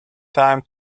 time